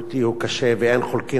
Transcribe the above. ואין חולקין על כך,